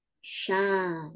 shine